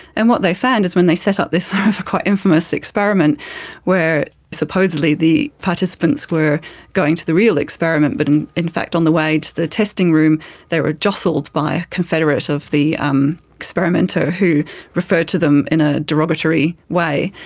and what they found is when they set up this ah quite infamous experiment where supposedly the participants were going to the real experiment but in in fact on the way to the testing room they were jostled by a confederate of the um experimenter who referred to them in a derogatory way.